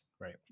right